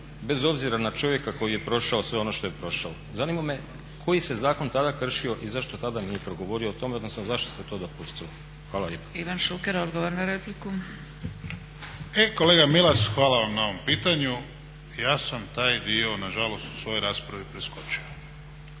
bez obzira na čovjeka koji je prošao sve ono što je prošao. Zanima me koji se zakon tada kršio i zašto tada nije progovorio o tome, odnosno zašto se to dopustilo. Hvala lijepa. **Zgrebec, Dragica (SDP)** Ivana Šuker, odgovor na repliku. **Šuker, Ivan (HDZ)** E kolega Milas hvala vam na ovom pitanju. Ja sam taj dio na žalost u svojoj raspravi preskočio.